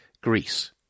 Greece